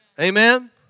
Amen